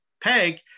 peg